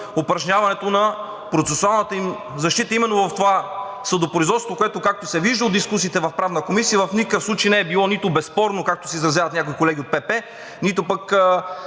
упражняването на процесуалната им защита именно в това съдопроизводство, което, както се вижда от дискусиите в Правната комисия, в никакъв случай не е било нито безспорно, както се изразяват някои колеги от ПП, нито е